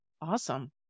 Awesome